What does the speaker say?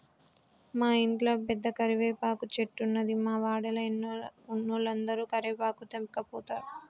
మా ఇంట్ల పెద్ద కరివేపాకు చెట్టున్నది, మా వాడల ఉన్నోలందరు కరివేపాకు తెంపకపోతారు